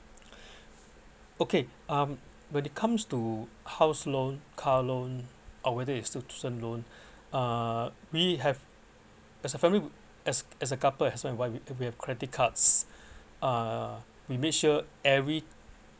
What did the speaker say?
okay um when it comes to house loan car loan or whether is personal loan uh we have as a family as as a couple husband and wife we we have credit cards uh we made sure every